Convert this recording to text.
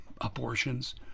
abortions